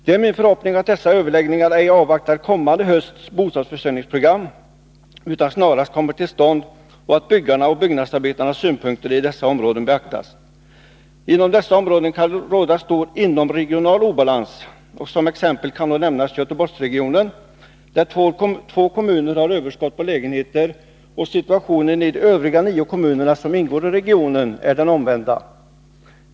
Det är min förhoppning att dessa överläggningar ej avvaktar kommande hösts bostadsförsörjningsprogram utan snarast kommer till stånd och att byggarnas och byggnadsarbetarnas synpunkter i dessa områden beaktas. Inom dessa områden kan råda stor inomregional obalans. Som exempel kan nämnas Göteborgsregionen, där två kommuner har överskott på lägenheter, medan situationen i de övriga nio kommunerna, som ingår i regionen är den omvända.